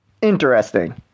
Interesting